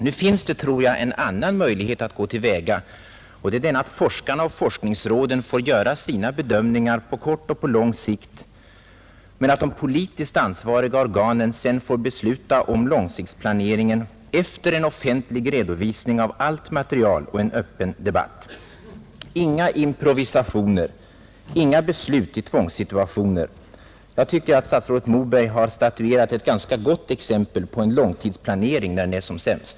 Jag tror dock att det finns ett annat sätt att gå till väga, nämligen att låta forskarna och forskningsrådet göra sina bedömningar på kort och på lång sikt och att sedan låta de politiskt ansvariga organen besluta om långsiktsplaneringen efter en offentlig redovisning av allt material och en öppen debatt. Inga improvisationer, inga beslut i tvångssituationer! Jag tycker att statsrådet Moberg har statuerat ett ganska gott exempel på en långtidsplanering när den är som sämst.